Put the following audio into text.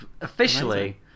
officially